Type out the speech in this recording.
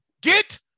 get